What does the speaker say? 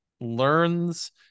learns